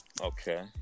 Okay